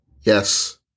Yes